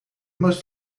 must